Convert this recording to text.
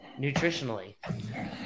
nutritionally